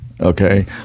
okay